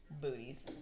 booties